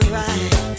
right